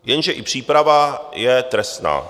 Jen i příprava je trestná.